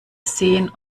sehen